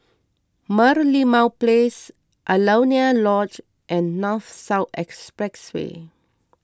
Merlimau Place Alaunia Lodge and North South Expressway